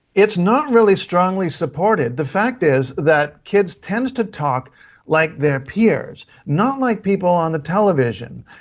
it's not really strongly supported. the fact is that kids tend to talk like their peers, not like people on the television.